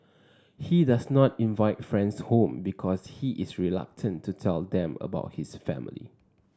he does not invite friends home because he is reluctant to tell them about his family